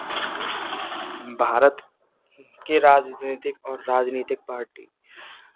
भारत के राजनैतिक और राजनीतिक पार्टी